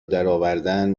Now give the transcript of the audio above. درآوردن